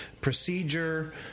procedure